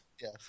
Yes